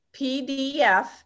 PDF